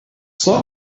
song